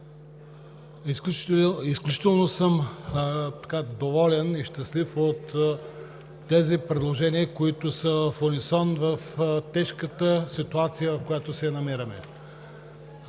Изключително съм доволен и щастлив от тези предложения, които са в унисон в тежката ситуация, в която се намираме.